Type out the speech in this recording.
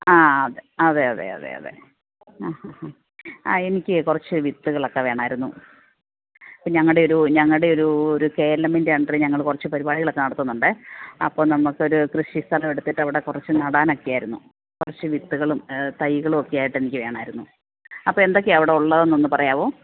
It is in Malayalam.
ആ അതെ അതെ അതെ അതെ ആ ഹ ഹ എനിക്ക് കുറച്ച് വിത്തുകളൊക്കെ വേണമായിരുന്നു ഞങ്ങളുടെ ഒരു ഞങ്ങളുടെ ഒരു കെ എൽ എം ൻ്റെ അണ്ടറിൽ ഞങ്ങൾ കുറച്ച് പരിപാടികളൊക്കെ നടത്തുന്നുണ്ട് അപ്പോൾ നമുക്ക് ഒരു കൃഷി സ്ഥലം എടുത്തിട്ട് അവിടെ കുറച്ചു നടാനൊക്കെയാരുന്നു കുറച്ച് വിത്തുകളും തൈകളും ഒക്കെ ആയിട്ട് എനിക്ക് വേണമായിരുന്നു അപ്പോൾ എന്തൊക്കെയാണ് അവിടെ ഉള്ളതൊന്നും പറയാവോ